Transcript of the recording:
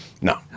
no